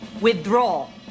Withdraw